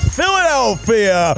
Philadelphia